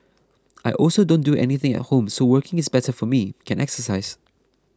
I also don't do anything at home so working is better for me can exercise